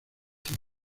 cine